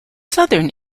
southern